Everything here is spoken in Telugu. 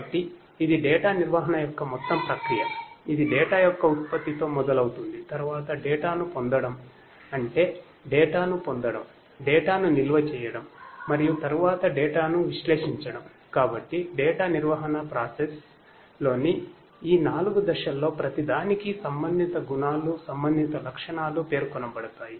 కాబట్టి ఇది డేటా లోని ఈ 4 దశల్లో ప్రతిదానికి సంబంధిత గుణాలు సంబంధిత లక్షణాలుపేర్కొనబడతాయి